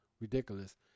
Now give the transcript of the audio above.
ridiculous